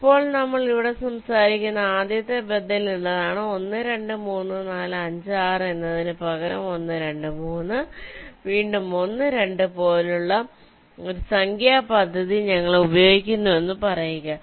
ഇപ്പോൾ നമ്മൾ ഇവിടെ സംസാരിക്കുന്ന ആദ്യത്തെ ബദൽ ഇതാണ് 1 2 3 4 5 6 എന്നതിന് പകരം 1 2 3 വീണ്ടും 1 2 പോലുള്ള ഒരു സംഖ്യാ പദ്ധതി ഞങ്ങൾ ഉപയോഗിക്കുന്നുവെന്ന് പറയുക